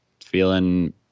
feeling –